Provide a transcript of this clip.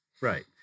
right